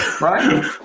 Right